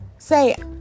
Say